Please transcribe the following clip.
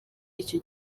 icyo